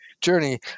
journey